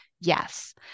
yes